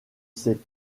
sait